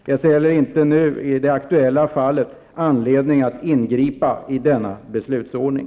Jag ser inte heller i det nu aktuella fallet någon anledning att ingripa i denna beslutsordning.